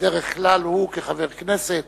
ובדרך כלל הוא, כחבר כנסת,